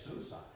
suicide